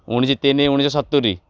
ଉଣେଇଶ ତିନି ଉଣେଇଶ ସତୁରୀ